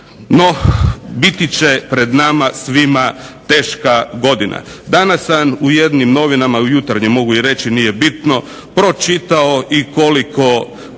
No, biti će pred nama svima teška godina. Danas sam u jednim novinama u Jutarnjem mogu i reći nije bitno pročitao i koliko